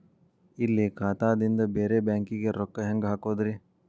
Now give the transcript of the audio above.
ಇಲ್ಲಿ ಖಾತಾದಿಂದ ಬೇರೆ ಬ್ಯಾಂಕಿಗೆ ರೊಕ್ಕ ಹೆಂಗ್ ಹಾಕೋದ್ರಿ?